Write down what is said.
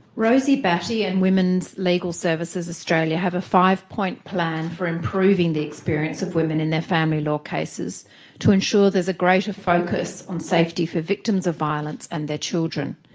rosie batty and women's legal services australia have a five-point plan for improving the experience of women in their family law cases to ensure there is a greater focus on safety for victims of violence and their children.